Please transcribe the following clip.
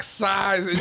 size